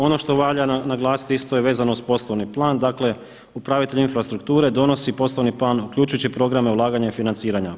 Ono što valja naglasiti isto je vezano uz poslovni plan, dakle upravitelj infrastrukture donosi poslovni plan uključujući programe ulaganja i financiranja.